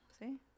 See